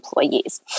employees